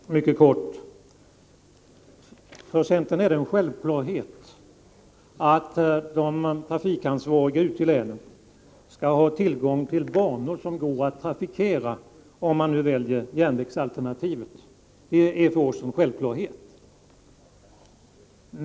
Herr talman! Mycket kort: För centern är det en självklarhet att de trafikansvariga ute i länen skall ha tillgång till banor som går att trafikera, om man nu väljer järnvägsalternativet. Jag upprepar att detta för oss är en självklarhet.